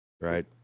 right